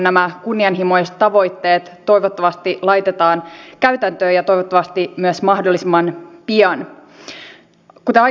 välttämätön toimeentulo ja huolenpito ovat perus ja ihmisoikeuksia eikä sosiaaliturvaa pidä käyttää maahanmuutto tai pakolaispolitiikan välineenä